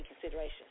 consideration